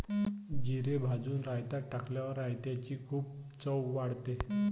जिरे भाजून रायतात टाकल्यावर रायताची चव खूप वाढते